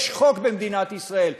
יש חוק במדינת ישראל.